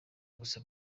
gusa